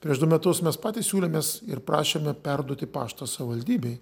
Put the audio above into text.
prieš du metus mes patys siūlėmės ir prašėme perduoti paštą savivaldybei